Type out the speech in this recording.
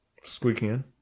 squeaking